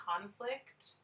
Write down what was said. conflict